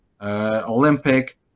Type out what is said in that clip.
Olympic